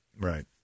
Right